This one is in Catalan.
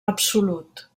absolut